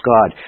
God